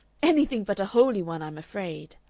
anything but a holy one, i'm afraid.